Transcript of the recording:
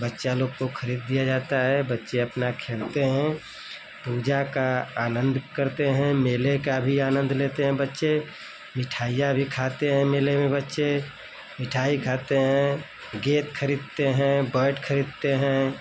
बच्चा लोग को खरीद दिया जाता है बच्चे अपना खेलते हैं पूजा आनंद करते हैं मेले का भी आनंद लेते हैं बच्चे मिठाइयाँ भी खाते हैं मेले में बच्चे मिठाई खाते हैं गेंद खरीदते हैं बर्ड खरीदते हैं